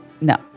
No